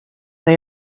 they